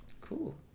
cool